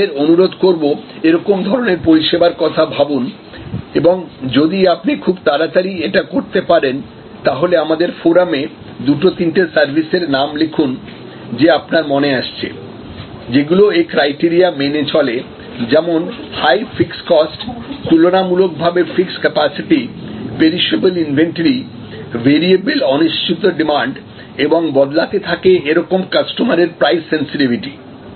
আমি আপনাদের অনুরোধ করব এরকম ধরনের পরিষেবার কথা ভাবুন এবং যদি আপনি খুব তাড়াতাড়ি এটা করতে পারেন তাহলে আমাদের ফোরামে দুটো তিনটে সার্ভিসের নাম লিখুন যে আপনার মনে আসছে যেগুলি এই ক্রাইটেরিয়া মেনে চলে যেমন হাই ফিক্সড কস্ট তুলনামূলকভাবে fixed capacity perishable inventory variable অনিশ্চিত ডিমান্ড এবং বদলাতে থাকে এরকম কাস্টমারের প্রাইস সেনসিটিভিটি